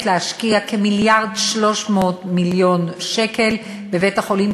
להשקיע כ-1.3 מיליארד שקל בבית-החולים,